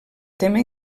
tema